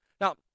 Now